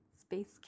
space